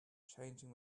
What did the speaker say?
changing